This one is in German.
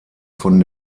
von